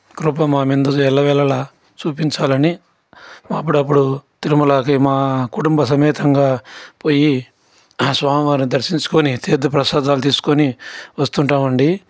కృప మా మీద ఎల్లవేళల చూపించాలని అప్పుడప్పుడు తిరుమలకి మా కుటుంబ సమేతంగా పోయి ఆ స్వామివారిని దర్శించుకుని తీర్థప్రసాదాలు తీసుకుని వస్తాము అండి